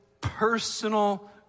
personal